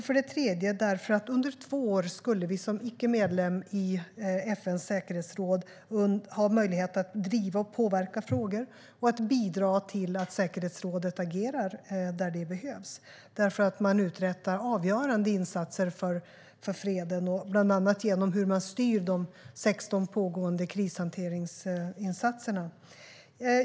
För det tredje kandiderar vi eftersom vi då under två år skulle ha möjlighet att driva och påverka frågor och bidra till att säkerhetsrådet agerar där det behövs. Man uträttar avgörande insatser för freden, bland annat genom hur man styr de 16 pågående krishanteringsinsatserna.